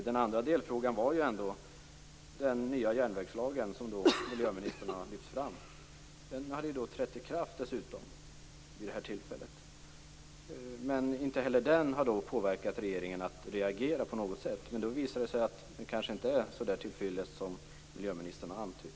Den andra delfrågan gällde den nya järnvägslagen, som miljöministern har lagt fram och som dessutom hade trätt i kraft vid det här tillfället. Inte heller den har alltså påverkat regeringen att reagera på något sätt. Då visar det sig ju att den kanske inte är så till fyllest som miljöministern har antytt.